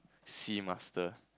sea master